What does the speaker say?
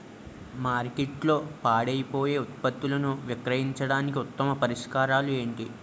మార్కెట్లో పాడైపోయే ఉత్పత్తులను విక్రయించడానికి ఉత్తమ పరిష్కారాలు ఏంటి?